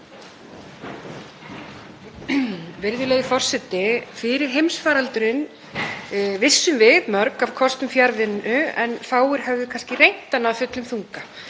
Virðulegi forseti. Fyrir heimsfaraldurinn vissum við mörg um kosti fjarvinnu en fáir höfðu kannski reynt hana af fullum þunga.